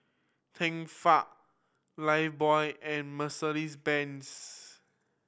Tefal Lifebuoy and Mercedes Benz